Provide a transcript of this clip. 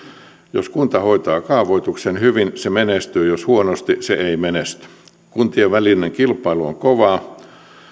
jos kunta hoitaa kaavoituksen hyvin se menestyy jos huonosti se ei menesty kuntien välinen kilpailu on kovaa